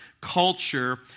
culture